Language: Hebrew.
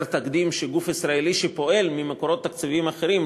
תקדים שגוף ישראלי שפועל ממקורות תקציביים אחרים,